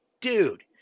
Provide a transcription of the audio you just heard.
dude